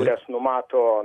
nes numato